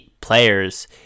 players